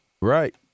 Right